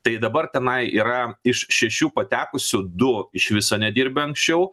tai dabar tenai yra iš šešių patekusių du iš viso nedirbę anksčiau